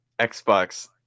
Xbox